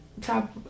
Top